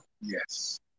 Yes